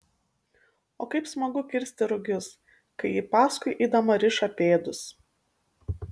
o kaip smagu kirsti rugius kai ji paskui eidama riša pėdus